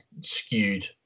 skewed